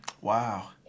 Wow